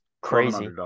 crazy